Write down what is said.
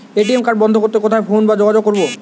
ATM card বন্ধ করতে কোথায় ফোন বা যোগাযোগ করব?